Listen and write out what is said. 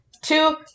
Two